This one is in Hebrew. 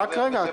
רק רגע.